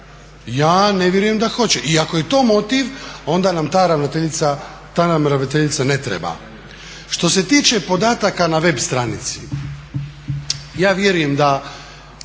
Ja ne vjerujem da hoće. I ako je to motiv onda nam ta ravnateljica ne treba. Što se tiče podataka na web stranici ja vjerujem da